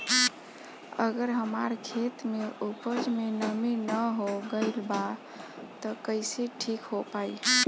अगर हमार खेत में उपज में नमी न हो गइल बा त कइसे ठीक हो पाई?